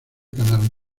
ganaron